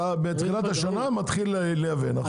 בתחילת השנה אתה מתחיל לייבא, נכון?